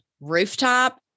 rooftop